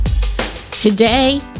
Today